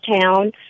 town